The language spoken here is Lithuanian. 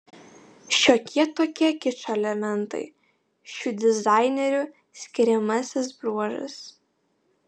šiokie tokie kičo elementai šių dizainerių skiriamasis bruožas